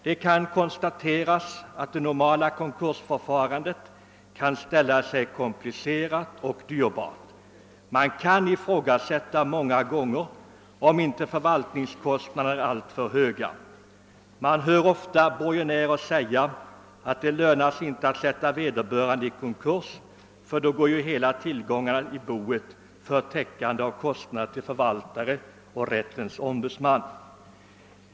Det kan konstateras att det normala konkursförfarandet ofta ställer sig komplicerat och dyrbart, och många gånger kan det ifrågasättas om inte förvaltningskostnaderna är alltför höga. Man hör ofta borgenärer säga att det inte lönar sig att sätta vederbörande i konkurs, eftersom alla tillgångar i boet går åt för täckande av kostnader för förvaltare och rättens ombudsman.